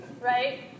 Right